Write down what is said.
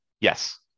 Yes